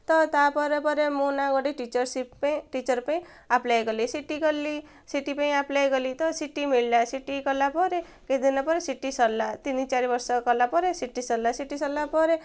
ତ ତା'ପରେ ପରେ ମୁଁ ନା ଗୋଟେ ଟିଚର୍ସିପ୍ ପାଇଁ ଟିଚର୍ ପାଇଁ ଆପ୍ଲାଏ କଲି ସି ଟି କଲି ସି ଟି ପାଇଁ ଆପ୍ଲାଏ କଲି ତ ସି ଟି ମିଳିଲା ସି ଟି କଲା ପରେ କିଛି ଦିନ ପରେ ସି ଟି ସରିଲା ତିନି ଚାରି ବର୍ଷ କଲା ପରେ ସି ଟି ସରିଲା ସି ଟି ସରିଲା ପରେ